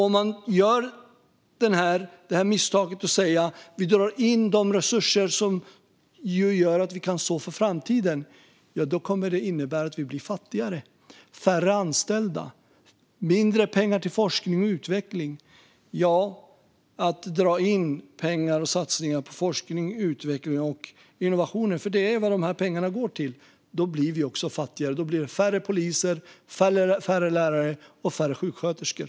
Om man gör misstaget att dra in de resurser som gör att vi kan så för framtiden kommer det att innebära att vi blir fattigare. Det blir färre anställda och mindre pengar till forskning och utveckling. Att dra in satsningar på forskning, innovation och utveckling - det är ju detta som pengarna går till - leder till att vi blir fattigare. Då blir det färre poliser, färre lärare och färre sjuksköterskor.